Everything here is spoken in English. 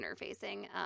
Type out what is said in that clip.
interfacing